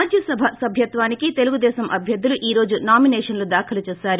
రాజ్యసభ సభ్యత్వానికి తెలుగుదేశం అభ్యర్గులు ఈ రోజు నామిసేషన్లు దాఖలు చేశారు